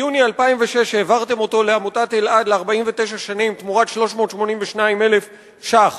ביוני 2006 העברתם אותו לעמותת אלע"ד ל-49 שנים תמורת 382,000 ש"ח.